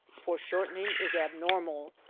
foreshortening is abnormal,